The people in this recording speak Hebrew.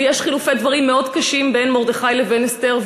ויש חילופי דברים מאוד קשים בין מרדכי לבין אסתר,